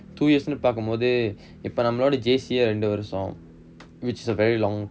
two years னு பாக்கும்போது இப்ப நம்மலோட:nu pakkumpothu ippa nammaloda J_C eh ரெண்டு வருசம்:rendu varusam which is a very long